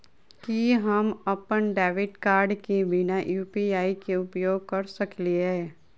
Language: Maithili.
की हम अप्पन डेबिट कार्ड केँ बिना यु.पी.आई केँ उपयोग करऽ सकलिये?